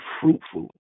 fruitful